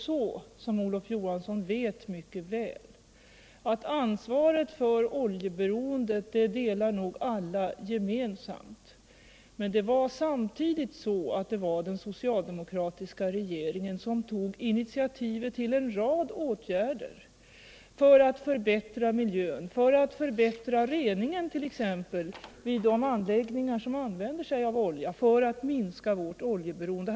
Som Olof Johansson väl vet delar alla gemensamt ansvaret för oljeberoendet. Men den socialdemokratiska regeringen tog initiativ till en rad åtgärder för att förbättra miljön, för att förbättra reningen vid de anläggningar som använde sig av olja, för att minska vårt oljeberoende.